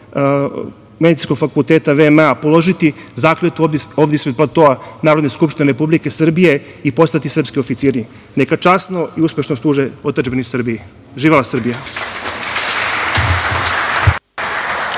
Medicinskog fakulteta VMA položiti zakletvu ovde ispod platoa Narodne skupštine Republike Srbije i postati srpski oficiri. Neka časno i uspešno služe otadžbini Srbiji. Živela Srbija.